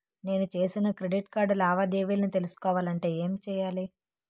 నేను చేసిన credit card లావాదేవీలను తెలుసుకోవాలంటే ఏం చేయాలి?